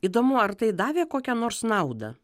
įdomu ar tai davė kokią nors naudą